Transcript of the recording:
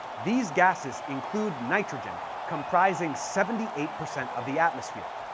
these gases include nitrogen, comprising seventy eight percent of the atmosphere,